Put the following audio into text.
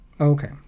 okay